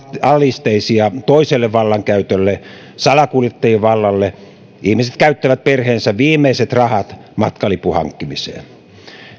alisteisia toiselle vallankäytölle salakuljettajien vallalle ihmiset käyttävät perheensä viimeiset rahat matkalipun hankkimiseen